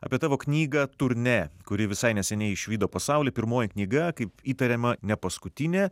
apie tavo knygą turnė kuri visai neseniai išvydo pasaulį pirmoji knyga kaip įtariama nepaskutinė